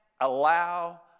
allow